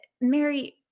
Mary